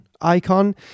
icon